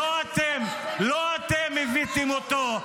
לא אתם הבאתם אותו,